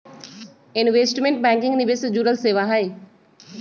investment banking निवेश से जुड़ल सेवा हई